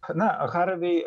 na harvai